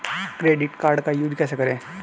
Credit card का use कैसे करें?